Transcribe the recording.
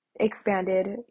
Expanded